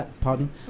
Pardon